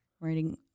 Writing